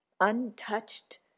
untouched